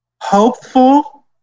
hopeful